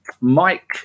Mike